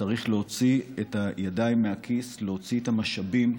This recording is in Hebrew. צריך להוציא את הידיים מהכיס, להוציא את המשאבים.